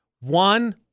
One